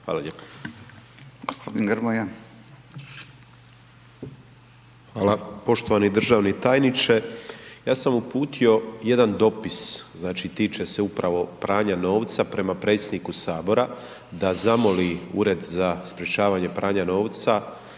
Nikola (MOST)** Hvala. Poštovani državni tajniče. Ja sam uputio jedan dopis, tiče se upravo pranja novca prema predsjedniku Sabora da zamoli Ured za sprečavanje pranja novca